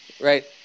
Right